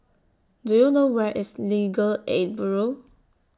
Do YOU know Where IS Legal Aid Bureau